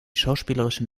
schauspielerischen